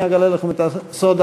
אני אגלה לכם את הסוד,